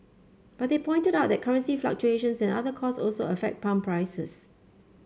but they pointed out that currency fluctuations and other costs also affect pump prices